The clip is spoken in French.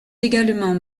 également